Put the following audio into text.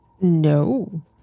No